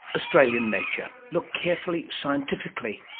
australian nature. look carefully, scientifically,